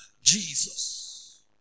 Jesus